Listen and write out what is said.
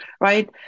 right